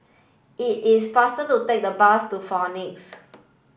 it is faster to take the bus to Phoenix